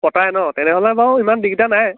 পট্টাই ন তেনেহ'লে বাৰু ইমান দিগদাৰ নাই